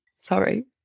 Sorry